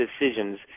decisions